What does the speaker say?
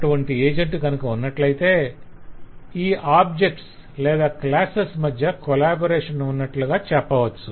అటువంటి ఏజెంట్ కనుక ఉన్నట్లయితే ఈ ఆబ్జెక్ట్స్ లేదా క్లాసెస్ మధ్య కొలాబరేషన్ ఉన్నట్లుగా చెప్పవచ్చు